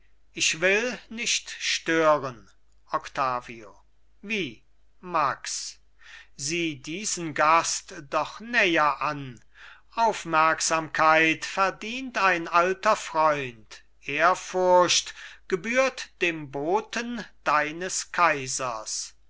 ich will nicht stören octavio wie max sieh diesen gast doch näher an aufmerksamkeit verdient ein alter freund ehrfurcht gebührt dem boten deines kaisers